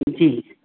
जी